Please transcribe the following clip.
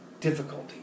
difficulty